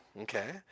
okay